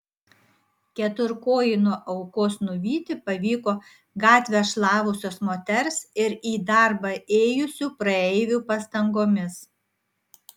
keturkojį nuo aukos nuvyti pavyko gatvę šlavusios moters ir į darbą ėjusių praeivių pastangomis